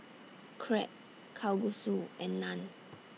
Crepe Kalguksu and Naan